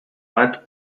bat